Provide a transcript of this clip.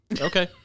Okay